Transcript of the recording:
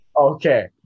Okay